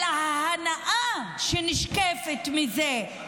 אלא ההנאה שנשקפת מזה,